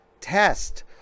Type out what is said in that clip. test